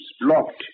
locked